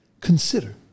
Consider